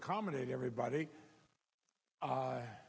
accommodate everybody